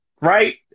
right